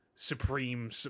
supreme